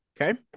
Okay